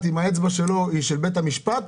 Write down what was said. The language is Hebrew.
אם האצבע שלו היא שלו או של בית המשפט.